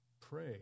pray